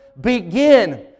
begin